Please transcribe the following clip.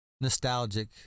nostalgic